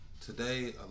today